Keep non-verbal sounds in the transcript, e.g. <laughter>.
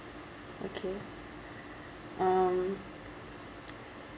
okay um <noise>